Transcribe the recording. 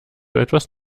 etwas